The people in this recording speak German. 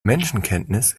menschenkenntnis